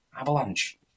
Avalanche